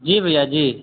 जी भैया जी